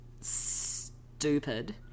Stupid